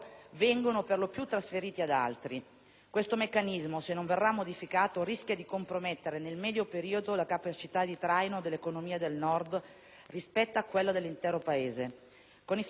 Questo meccanismo, se non verrà modificato, rischia di compromettere nel medio periodo la capacità di traino dell'economia del Nord rispetto a quella dell'intero Paese. Con il federalismo fiscale invece si apre una strada nuova,